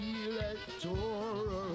electoral